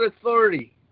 authority